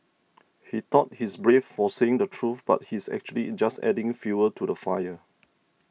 he thought he's brave for saying the truth but he's actually just adding fuel to the fire